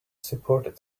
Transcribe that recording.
support